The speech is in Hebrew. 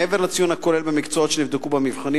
מעבר לציון הכולל במקצועות שנבדקים במבחנים,